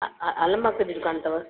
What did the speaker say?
आ आलमबाग ते बि दुकान अथव